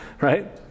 Right